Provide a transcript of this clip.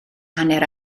hanner